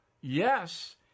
yes